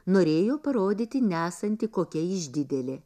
norėjo parodyti nesanti kokia išdidėlė